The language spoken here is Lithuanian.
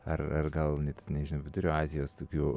ar ar gal net nežinau vidurio azijos tokių